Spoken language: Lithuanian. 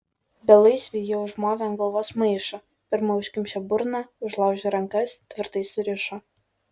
belaisviui jie užmovė ant galvos maišą pirma užkimšę burną užlaužė rankas tvirtai surišo